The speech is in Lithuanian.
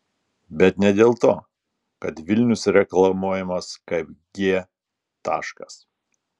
bet ne dėl to kad vilnius reklamuojamas kaip g taškas